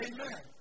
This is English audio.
Amen